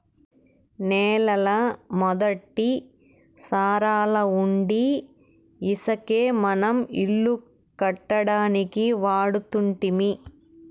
నేలల మొదటి సారాలవుండీ ఇసకే మనం ఇల్లు కట్టడానికి వాడుతుంటిమి